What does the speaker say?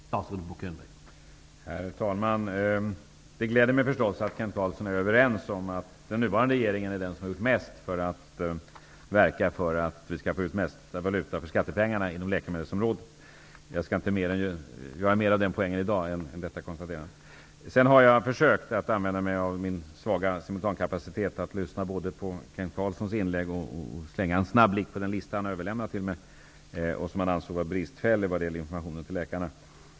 Herr talman! Det gläder mig självfallet att Kent Carlsson och jag är överens om att den nuvarande regeringen är den som har gjort mest för att verka för att vi skall få ut mest valuta för skattepengarna inom läkemedelsområdet. Jag skall inte göra mer av den poängen i dag än detta konstaterande. Jag har försökt att använda mig av min svaga simultankapacitet för att både lyssna på Kent Carlssons inlägg och snabbt slänga en blick på den lista som han överlämnade till mig och som han ansåg var bristfällig vad gäller informationen till läkarna.